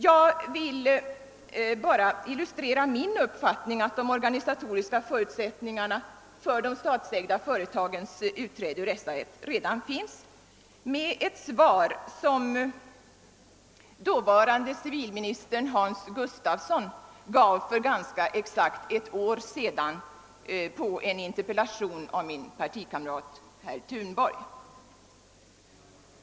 Jag vill bara illustrera min uppfattning att grunden till de organisatoriska förutsättningarna för de statsägda företagens utträde ur SAF redan finns med ett svar som dåvarande = civilministern Hans Gustafsson gav för ganska exakt ett år sedan på en interpellation av min partikamrat herr Thunborg.